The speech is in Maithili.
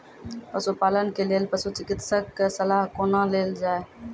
पशुपालन के लेल पशुचिकित्शक कऽ सलाह कुना लेल जाय?